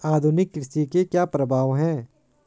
आधुनिक कृषि के क्या प्रभाव हैं?